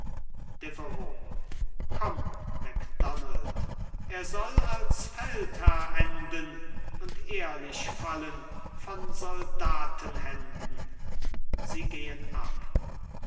komm macdonald er soll als feldherr enden und ehrlich fallen von soldatenhänden sie gehen ab